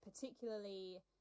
particularly